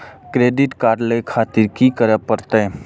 Credit card ले खातिर की करें परतें?